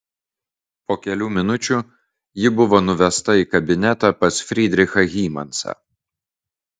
po kelių minučių ji buvo nuvesta į kabinetą pas frydrichą hymansą